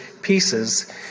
Pieces